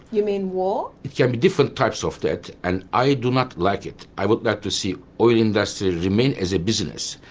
you mean war? it can be different types of that and i do not like it. i would like to see oil industries remain as a business,